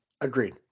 Agreed